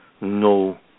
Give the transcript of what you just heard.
no